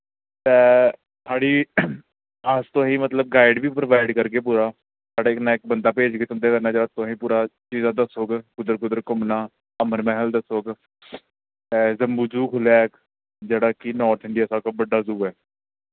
ते साढ़ी अस मतलब तुसें गी मतलब गाइड बी प्रोवाइड करगे पूरा थोआढ़े कन्नै इक बंदा भेजगे जेह्ड़ा तुसें गी दसग कुद्धर कुद्धर घुम्मना अमर मैह्ल दसग जम्बू जू खु'ल्लेआ ऐ इक जेह्ड़ा कि नार्थ इंडिया दा सब तो बड्डा जू ऐ